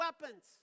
weapons